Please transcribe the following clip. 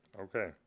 Okay